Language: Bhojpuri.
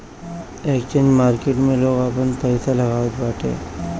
एक्सचेंज मार्किट में लोग आपन पईसा लगावत बाटे